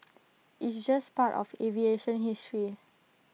it's just part of aviation history